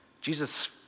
Jesus